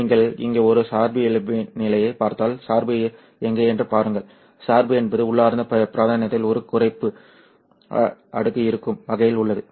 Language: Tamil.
நீங்கள் இங்கே ஒரு சார்புநிலையைப் பார்த்தால் சார்பு எங்கே என்று பாருங்கள் சார்பு என்பது உள்ளார்ந்த பிராந்தியத்தில் ஒரு குறைப்பு அடுக்கு இருக்கும் வகையில் உள்ளது